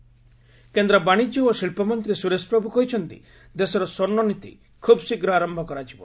ପ୍ରଭୁ ଗୋଲ୍ଡ କେନ୍ଦ୍ର ବାଣିଜ୍ୟ ଓ ଶିଳ୍ପ ମନ୍ତ୍ରୀ ସୁରେଶ ପ୍ରଭୁ କହିଛନ୍ତି ଦେଶର ସ୍ୱର୍ଷନୀତି ଖୁବ୍ ଶୀଘ୍ର ଆରମ୍ଭ କରାଯିବ